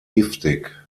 giftig